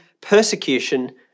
persecution